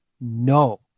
no